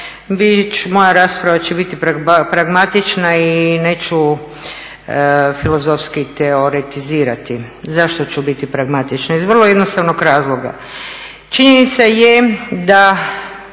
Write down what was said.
moja rasprava će biti pragmatična i neću filozofski teoretizirati. Zašto ću biti pragmatična? Iz vrlo jednostavnog razloga. Činjenica je da